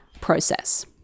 process